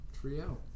Trio